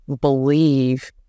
believe